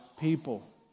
people